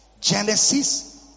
Genesis